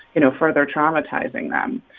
you know, further traumatizing them.